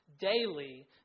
daily